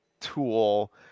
tool